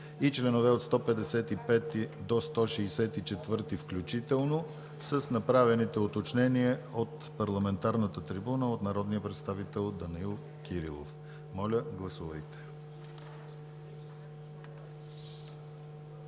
и членове от 155 до 164 включително, с направените уточнения от парламентарната трибуна от народния представител Данаил Кирилов. Гласували